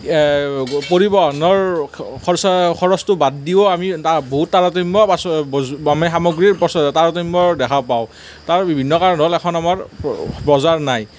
পৰিবহনৰ খৰছটো বাদ দিয়ো আমি বহুত তাৰতম্য সামগ্ৰীৰ দেখা পাওঁ তাৰ বিভিন্ন কাৰণ হ'ল এখন আমাৰ বজাৰ নাই